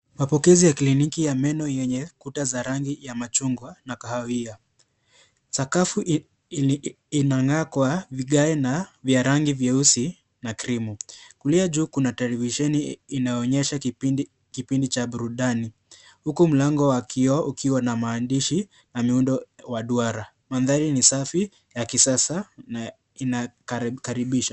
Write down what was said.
Mapokezi ya kliniki ya meno yenye kuta za rangi ya machungwa na kahawia. Sakafu inang'aa kwa vigae vya rangi nyeusi na cream . Kulia juu kuna televisheni inayoonyesha kipindi cha burudani, huku mlango wa kioo ukiwa na maandishi na muundo wa duara. Mandhari ni safi, ya kisasa na inakaribisha.